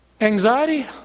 anxiety